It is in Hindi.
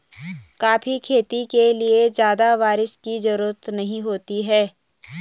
कॉफी खेती के लिए ज्यादा बाऱिश की जरूरत नहीं होती है